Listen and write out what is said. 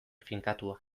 finkatua